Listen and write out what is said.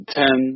ten